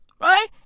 right